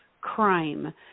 crime